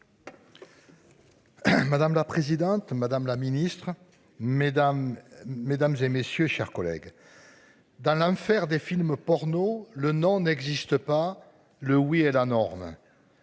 Madame la présidente, madame la Ministre, Mesdames, Mesdames, et messieurs, chers collègues. Dans l'enfer des films porno. Le nom n'existe pas. Le oui est la norme.